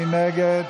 מי נגד?